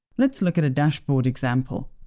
let's look at a dashboard example.